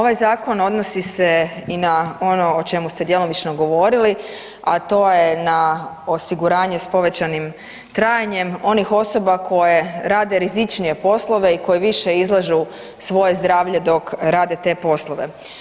Ovaj zakon odnosi se i na ono o čemu ste djelomično govorili, a to je na osiguranje s povećanim trajanjem onih osoba koje rade rizičnije poslove i koje više izlažu svoje zdravlje dok rade te poslove.